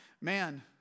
man